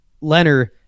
Leonard